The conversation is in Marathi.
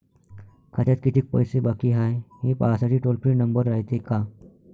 खात्यात कितीक पैसे बाकी हाय, हे पाहासाठी टोल फ्री नंबर रायते का?